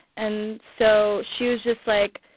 and so she was just like,